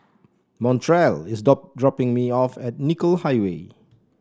Montrell is dropping me off at Nicoll Highway